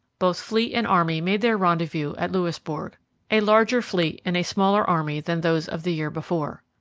both fleet and army made their rendezvous at louisbourg a larger fleet and a smaller army than those of the year before.